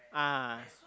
ah